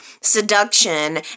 seduction